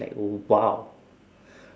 oh !wow!